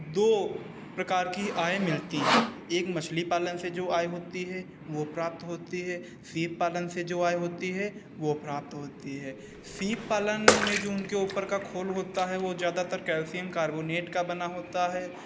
दो प्रकार की आय मिलती हैं एक मछली पालन से जो आय होती हैं वो प्राप्त होती है सीप पालन से जो आय होती है वो प्राप्त होती है सीप पालन में जो उनके ऊपर का जो खोल होता है वो ज़्यादातर कैल्शियम कार्बोनेट का बना होता है